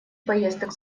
поездок